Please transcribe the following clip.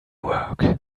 work